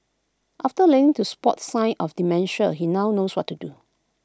after learning to spot sign of dementia he now knows what to do